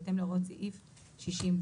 בהתאם להוראות סעיף 60(ב).